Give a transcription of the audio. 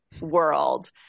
world